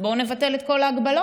ובואו נבטל את כל ההגבלות.